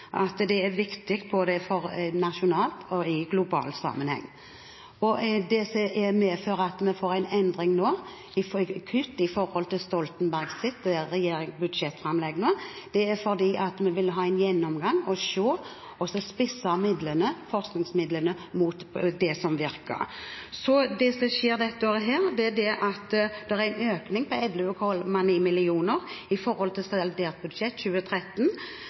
og matområdet veldig viktig. Det er viktig i både nasjonal og global sammenheng. Grunnen til at vi får en endring nå, et kutt sammenliknet med Stoltenberg-regjeringens budsjettframlegg, er at vi vil ha en gjennomgang og spisse forskningsmidlene mot det som virker. Dette året skjer en økning på 11,9 mill. kr sammenliknet med saldert budsjett for 2013. Forsknings- og utviklingsbudsjettet er totalt oppe i